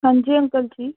अंजी अंकल जी